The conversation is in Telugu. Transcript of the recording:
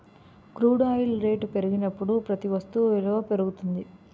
క్రూడ్ ఆయిల్ రేట్లు పెరిగినప్పుడు ప్రతి వస్తు విలువ పెరుగుతుంది